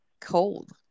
cold